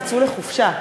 יצאו לחופשה,